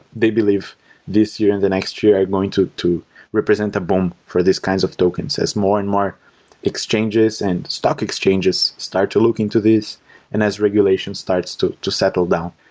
they believe this year and the next year, i'm going to to represent a bomb for these kinds of tokens, as more and more exchanges and stock exchanges start to look into this and as regulation starts to to settle down.